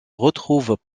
retrouvent